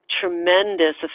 tremendous